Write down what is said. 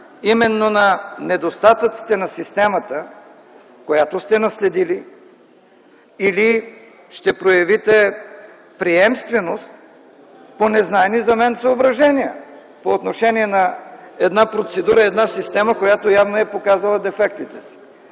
именно на недостатъците на системата, която сте наследили, или ще проявите приемственост по незнайни за мен съображения по отношение на една процедура и една система, която явно е показала дефектите си?